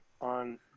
on